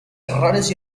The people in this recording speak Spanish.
errores